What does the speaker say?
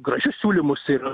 gražius siūlymus ir